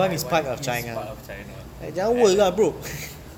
taiwan is part of china and then